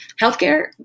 healthcare